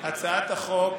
הצעת החוק